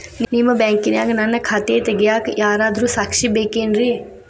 ನಿಮ್ಮ ಬ್ಯಾಂಕಿನ್ಯಾಗ ನನ್ನ ಖಾತೆ ತೆಗೆಯಾಕ್ ಯಾರಾದ್ರೂ ಸಾಕ್ಷಿ ಬೇಕೇನ್ರಿ?